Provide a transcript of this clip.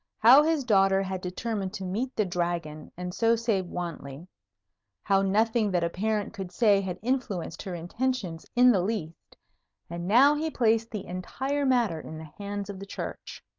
how his daughter had determined to meet the dragon, and so save wantley how nothing that a parent could say had influenced her intentions in the least and now he placed the entire matter in the hands of the church.